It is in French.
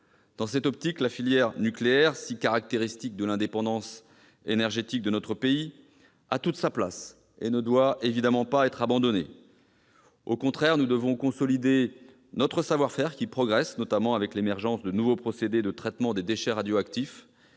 Dans cette perspective, la filière nucléaire, si caractéristique de l'indépendance énergétique de notre pays, a toute sa place : elle ne doit évidemment pas être abandonnée. Au contraire, nous devons consolider notre savoir-faire, qui progresse notamment avec l'émergence de nouveaux procédés de traitement des déchets radioactifs,